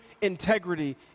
integrity